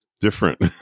different